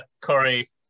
Corey